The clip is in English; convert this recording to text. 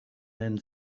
then